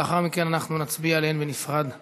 ולאחר מכן אנחנו נצביע עליהן בנפרד כמובן.